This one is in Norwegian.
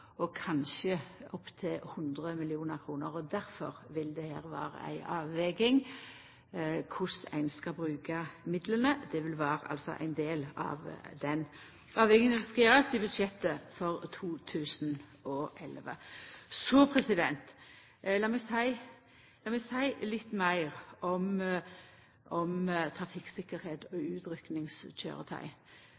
og kanskje opptil 100 mill kr. Difor vil det vera ei avveging korleis ein skal bruka midlane. Det vil vera ein del av den avveginga som skal gjerast i budsjettet for 2011. Lat meg seia litt meir om trafikktryggleik og